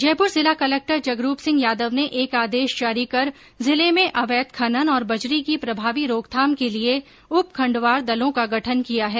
जयपुर जिला कलक्टर जगरूप सिंह यादव ने एक आदेश जारी कर जिले में अवैध खनन और बजरी की प्रभावी रोकथाम के लिए उपखण्डवार दलों का गठन किया है